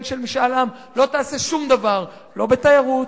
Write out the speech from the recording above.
של משאל עם לא תעשה שום דבר לא בתיירות,